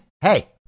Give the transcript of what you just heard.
hey